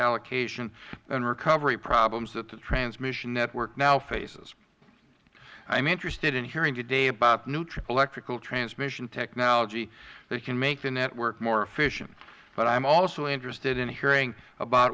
allocation and recovery problems that the transmission network now faces i am interested in hearing today about new electrical transmission technology that can make the network more efficient but i am also interested in hearing about